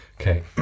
Okay